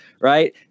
right